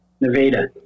Nevada